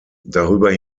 darüber